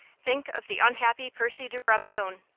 think of the unhappy percy de brabazon!